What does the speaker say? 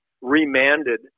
remanded